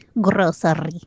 Grocery